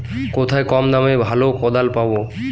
কোথায় কম দামে ভালো কোদাল পাব?